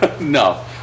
No